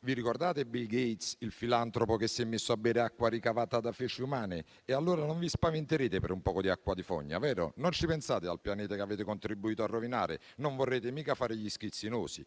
Vi ricordate Bill Gates, il filantropo che si è messo a bere acqua ricavata da feci umane? Allora non vi spaventerete per un poco di acqua di fogna, vero? Non ci pensate al pianeta che avete contribuito a rovinare? Non vorrete mica fare gli schizzinosi.